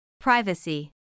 Privacy